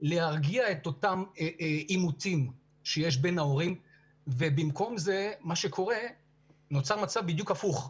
להרגיע את אותם עימותים שיש בין ההורים ובמקום זה נוצר מצב בדיוק הפוך,